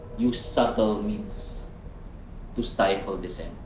use subtle means to stifle dissent.